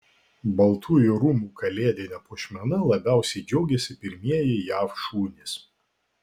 baltųjų rūmų kalėdine puošmena labiausiai džiaugiasi pirmieji jav šunys